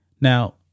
Now